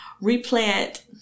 Replant